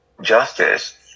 justice